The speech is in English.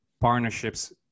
partnerships